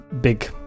big